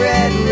Red